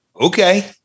okay